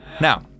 Now